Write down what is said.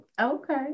Okay